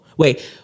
wait